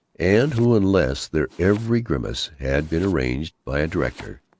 and who, unless their every grimace had been arranged by a director,